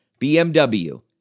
BMW